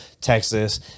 Texas